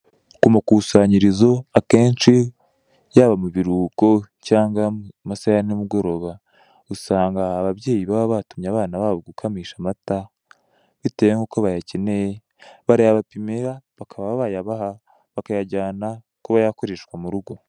Kumakusanyirizo akenshi yaba mu biruhuko cyangwa mu masaha ya nimugoroba, usanga ababyeyi baba batumye abana babo gukamisha amata, bitewe n'uko bayakeneye barayabapimira bakaba bayabaha bakayajyana kuba yakoreshwa mu rugo.